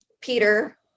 Peter